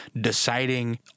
deciding